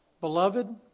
Beloved